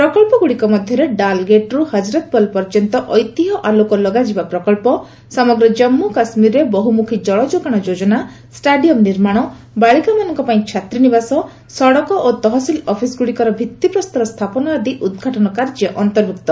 ପ୍ରକଳ୍ପଗୁଡ଼ିକ ମଧ୍ୟରେ ଡାଲ୍ ଗେଟ୍ରୁ ହଜରତବଲ୍ ପର୍ଯ୍ୟନ୍ତ ଐତିହ୍ୟ ଆଲୋକ ଲଗାଯିବା ପ୍ରକଳ୍ପ ସମଗ୍ର ଜାନ୍ଷୁ କାଶ୍ମୀରରେ ବହୁମୁଖୀ ଜଳଯୋଗାଣ ଯୋଜନା ଷ୍ଟାଡିୟମ୍ ନିର୍ମାଣ ବାଳିକାମାନଙ୍କ ପାଇଁ ଛାତ୍ରୀନିବାସ ସଡ଼କ ଓ ତହସିଲ ଅଫିସ୍ଗୁଡ଼ିକର ଭିଭିପ୍ରସ୍ତର ସ୍ଥାପନ ଆଦି ଉଦ୍ଘାଟନ କାର୍ଯ୍ୟ ଅନ୍ତର୍ଭୁକ୍ତ